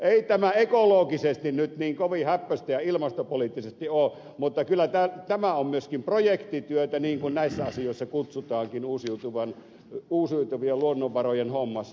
ei tämä ekologisesti ja ilmastopoliittisesti nyt niin kovin hääppöistä ole mutta kyllä tämä on myöskin projektityötä niin kuin näissä asioissa kutsutaankin uusiutuvien luonnonvarojen hommassa